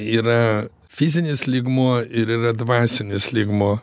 yra fizinis lygmuo ir yra dvasinis lygmuo